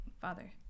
Father